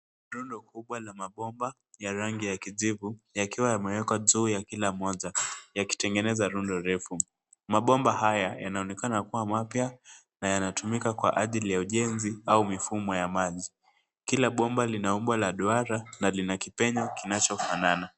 Rundo kubwa la mabomba ya rangi ya kijivu yakiwa yamewekwa juu ya kila moja yakitengeneza rundo refu. Mabomba haya yanaonekana kuwa mapya na yanatumika kwa ajili ya ujenzi au mifumo ya maji. Kila bomba lina umbo kubwa la duara na lina kipenya kinachofanana.